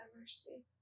mercy